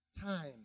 time